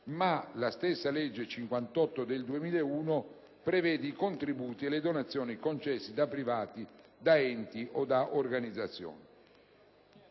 che la stessa legge n. 58 del 2001 prevede contributi e donazioni concesse da privati, enti o da organizzazioni.